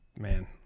man